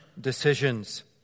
decisions